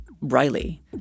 Riley